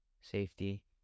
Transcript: safety